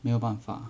没有办法